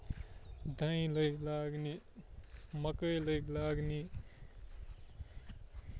دانہِ لٔگۍ لاگنہِ مَکٲے لٔگۍ لاگنہِ